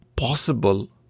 Possible